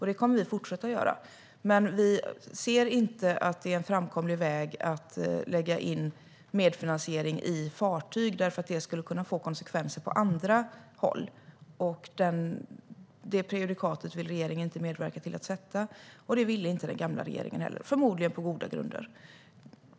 Det kommer vi att fortsätta att göra. Vi ser inte att det är en framkomlig väg att lägga in medfinansiering i fartyg, för det skulle kunna få konsekvenser på andra håll. Det prejudikatet vill regeringen inte medverka till att sätta. Det ville inte den gamla regeringen heller, förmodligen på goda grunder.